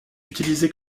utilisé